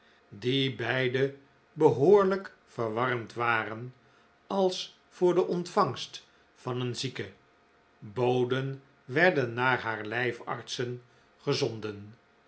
die beide behoorlijk verwarmd waren als voor de ontvangst van een zieke boden werden naar haar lijfartsen gezonden